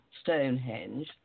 Stonehenge